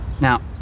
Now